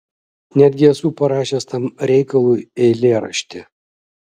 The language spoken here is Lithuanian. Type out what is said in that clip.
netgi esu parašęs tam reikalui eilėraštį